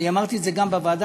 ואמרתי את זה גם בוועדה,